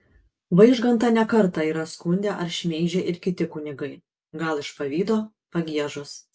vaižgantą ne kartą yra skundę ar šmeižę ir kiti kunigai gal iš pavydo pagiežos